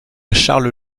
charles